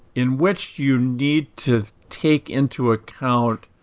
in which you need to take into account